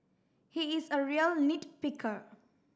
he is a real nit picker